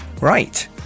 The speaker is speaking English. Right